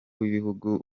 bw’igihugu